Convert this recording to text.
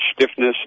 stiffness